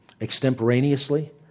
extemporaneously